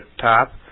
top